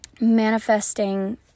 manifesting